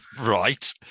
right